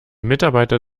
mitarbeiter